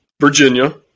Virginia